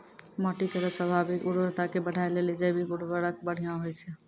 माटी केरो स्वाभाविक उर्वरता के बढ़ाय लेलि जैविक उर्वरक बढ़िया होय छै